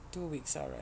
two weeks alright